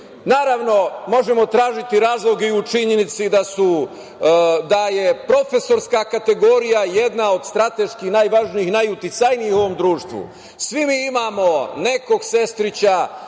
redu. Naravno, možemo tražiti razloge i u činjenici da je profesorska kategorija jedna od strateški najvažnijih i najuticajnijih u ovom društvu. Svi mi imamo nekog sestrića,